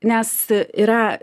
nes yra